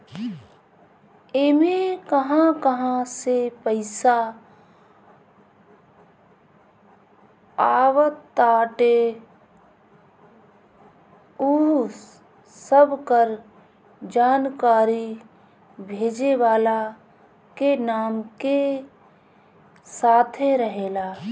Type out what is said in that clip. इमे कहां कहां से पईसा आवताटे उ सबकर जानकारी भेजे वाला के नाम के साथे रहेला